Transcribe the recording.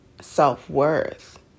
self-worth